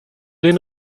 den